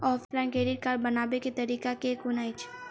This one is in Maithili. ऑफलाइन क्रेडिट कार्ड बनाबै केँ तरीका केँ कुन अछि?